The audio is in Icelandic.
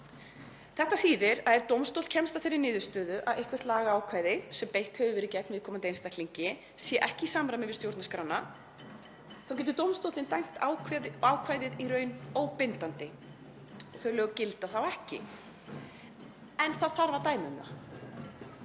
Þetta þýðir að ef dómstóll kemst að þeirri niðurstöðu að eitthvert lagaákvæði sem beitt hefur verið gegn viðkomandi einstaklingi sé ekki í samræmi við stjórnarskrána þá getur dómstóllinn dæmt ákvæðið í raun óbindandi. Þau lög gilda þá ekki en það þarf að dæma um það.